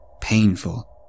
painful